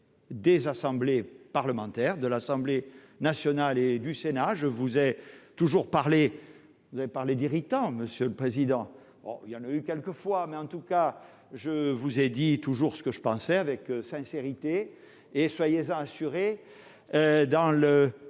des assemblées parlementaires de l'Assemblée nationale et du Sénat, je vous ai toujours parler, vous avez parlé d'irritants monsieur le président, il y en a eu quelques fois, mais en tout cas je vous ai dit toujours ce que je pensais avec sincérité et soyez assurés dans le